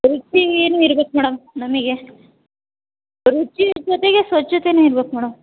ರುಚಿನೂ ಇರ್ಬೇಕು ಮೇಡಮ್ ನಮಗೆ ರುಚಿ ಜೊತೆಗೆ ಸ್ವಚ್ಛತೆನೂ ಇರ್ಬೇಕು ಮೇಡಮ್